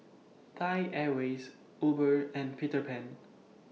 Thai Airways Uber and Peter Pan